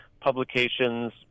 publications